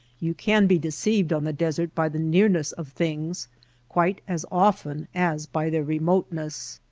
you can be deceived on the desert by the nearness of things quite as often as by their remoteness.